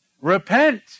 Repent